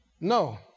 No